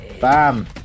Bam